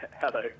Hello